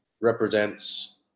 represents